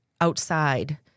outside